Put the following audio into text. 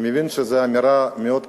אני מבין שזו אמירה מאוד כבדה,